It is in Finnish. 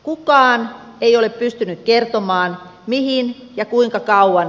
kukaan ei ole pystynyt kertomaan mihin ja kuinka kauan